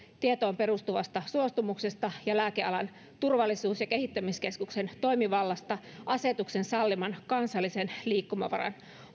tietoon perustuvasta suostumuksesta ja lääkealan turvallisuus ja kehittämiskeskuksen toimivallasta asetuksen salliman kansallisen liikkumavaran